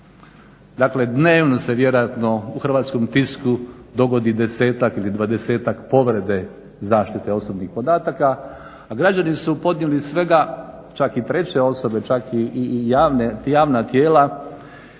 Dakle, se vjerojatno u Hrvatskom tisku dogodi desetak ili dvadesetak povreda zaštite osobnih podataka, a građani su u podjeli svega čak i treće osobe, čak i javna tijela